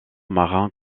marins